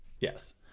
Yes